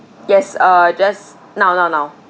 yes uh just now now now